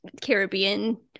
Caribbean